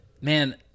man